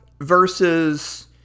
versus